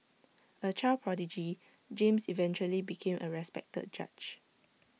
A child prodigy James eventually became A respected judge